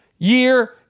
year